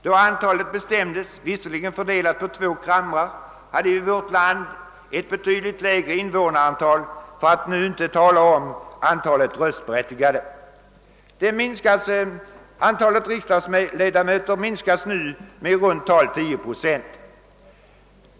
Då det antalet bestämdes, visserligen fördelat på två kammare, hade vårt land ett betydligt lägre invånarantal, för att inte tala om antalet röstberättigade. Antalet riksdagsledamöter minskas nu med i runt tal 10 procent.